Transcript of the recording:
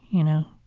you know?